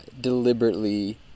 deliberately